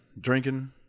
Drinking